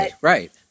right